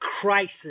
crisis